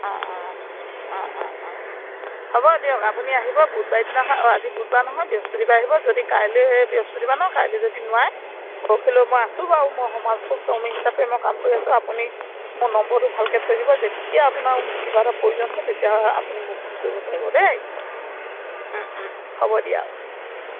অঁ অঁ অঁ অঁ অঁ হ'ব দিয়ক আপুনি আহিব বুধবাৰে দিনাখন অঁ আজি বুধবাৰ নহয় বৃহস্পতিবাৰে আহিব যদি কাইলৈ এই বৃহস্পতিবাৰ নহয় কাইলৈ যদি নোৱাৰে পৰহিলৈও মই আছো বাৰু মই সমাজকৰ্মী হিচাপে মই কাম কৰি আছো আপুনি মোৰ নম্বৰটো ভালকৈ থৈ দিব যেতিয়া আপোনাৰ কিবা এটা প্ৰয়োজন হয় তেতিয়া আপুনি মোক ফোন কৰিব পাৰিব দেই হ'ব দিয়া